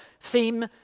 Theme